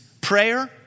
prayer